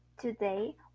Today